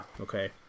Okay